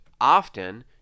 often